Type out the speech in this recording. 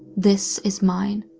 this is mine.